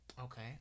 Okay